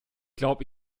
glaube